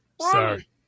Sorry